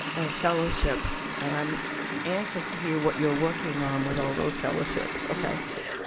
fellowships, and i'm anxious to hear what you're working on with all those fellowships, ok.